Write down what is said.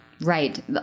Right